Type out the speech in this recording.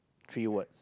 three words